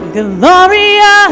gloria